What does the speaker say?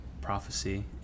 prophecy